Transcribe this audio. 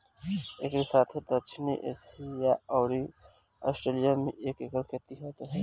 एकरी साथे दक्षिण एशिया अउरी आस्ट्रेलिया में भी एकर खेती होत हवे